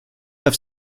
have